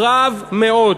רב מאוד.